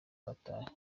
dutahe